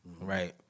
right